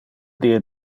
die